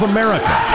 America